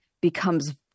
becomes